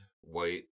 white